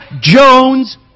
Jones